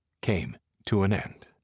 came to an end.